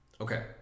Okay